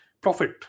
profit